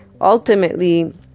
ultimately